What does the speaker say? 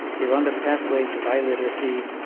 they are on the pathway to bi-literacy,